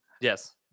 Yes